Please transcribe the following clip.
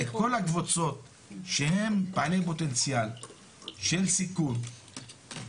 את כל הקבוצות שהן בעלי פוטנציאל של סיכון,